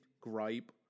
gripe